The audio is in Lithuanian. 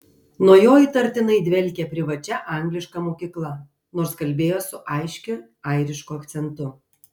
nuo jo įtartinai dvelkė privačia angliška mokykla nors kalbėjo su aiškiu airišku akcentu